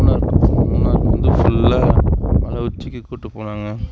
மூணாறுக்கு போனோம் மூணாறுக்கு வந்து ஃபுல்லாக மலை உச்சிக்கு கூட்டுப் போனாங்கள்